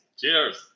Cheers